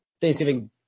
Thanksgiving